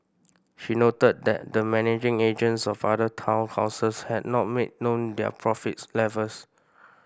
she noted that the managing agents of other town councils had not made known their profit levels